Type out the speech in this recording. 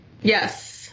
Yes